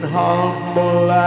humble